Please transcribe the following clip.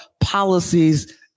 policies